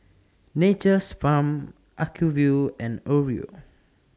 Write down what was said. Nature's Farm Acuvue and Oreo